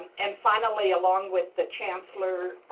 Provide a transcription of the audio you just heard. and, finally, along with the chancellor,